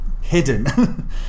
hidden